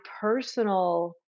personal